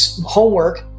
homework